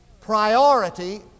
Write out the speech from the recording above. priority